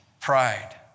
Pride